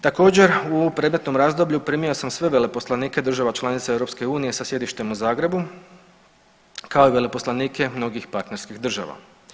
Također u predmetnom razdoblju primio sam sve veleposlanike država članica EU sa sjedištem u Zagrebu, kao i veleposlanike mnogih partnerskih država.